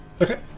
Okay